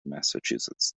massachusetts